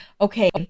Okay